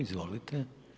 Izvolite.